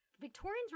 Victorians